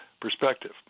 perspective